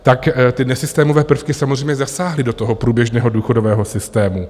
Tak ty nesystémové prvky samozřejmě zasáhly do toho průběžného důchodového systému.